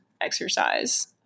exercise